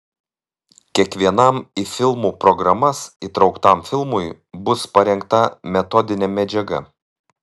kiekvienam į filmų programas įtrauktam filmui bus parengta metodinė medžiaga